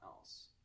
else